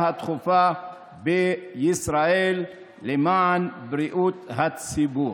הדחופה בישראל למען בריאות הציבור.